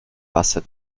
wasser